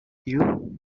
you